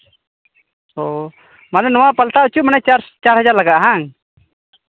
ᱚ ᱢᱟᱱᱮ ᱱᱚᱣᱟ ᱯᱟᱞᱴᱟᱣ ᱦᱚᱪᱚᱭ ᱢᱟᱱᱮ ᱪᱟᱨ ᱦᱟᱡᱟᱨ ᱞᱟᱜᱟᱜᱼᱟ ᱵᱟᱝ